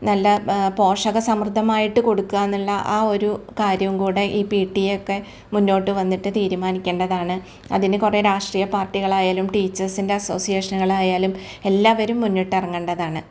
നല്ല പോഷക സമൃദ്ധമായിട്ട് കൊടുക്കുക എന്നുള്ള ആ ഒരു കാര്യം കൂടെ ഈ പി ടി എ ഒക്കെ മുന്നോട്ട് വന്നിട്ട് തീരുമാനിക്കേണ്ടതാണ് അതിന് കുറേ രാഷ്ട്രീയ പാർട്ടികളായാലും ടീച്ചേർസിൻ്റെ അസോസിയേഷനുകളായാലും എല്ലാവരും മുന്നിട്ടിറങ്ങേണ്ടതാണ്